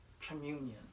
communion